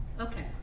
okay